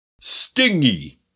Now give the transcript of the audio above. stingy